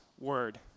word